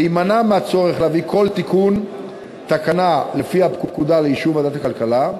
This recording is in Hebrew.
להביא כל תיקון תקנה לפי הפקודה לאישור ועדת הכלכלה,